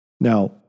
Now